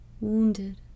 wounded